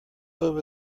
over